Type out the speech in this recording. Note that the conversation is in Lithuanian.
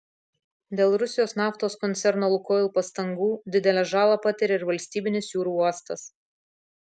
dėl rusijos naftos koncerno lukoil pastangų didelę žalą patiria ir valstybinis jūrų uostas